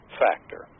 factor